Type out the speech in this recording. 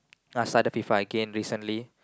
just started before I came recently